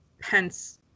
Pence